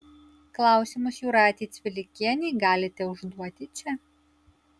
klausimus jūratei cvilikienei galite užduoti čia